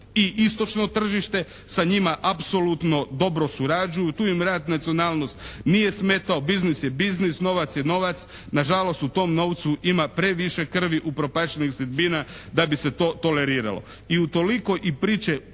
i istočno tržište, sa njima apsolutno dobro surađuju. Tu im vjerojatno nacionalnost nije smetao, biznis je biznis, novac je novac, na žalost u tom novcu ima previše krvi i upropaštenih sudbina da bi se to toleriralo.